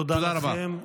תודה רבה.